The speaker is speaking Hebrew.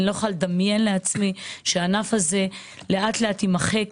אני לא יכולה לדמיין לעצמי שהענף הזה לאט-לאט יימחק,